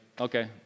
okay